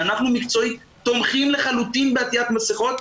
ואנחנו מקצועית תומכים לחלוטין בעטיית מסכות,